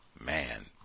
man